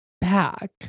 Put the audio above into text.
back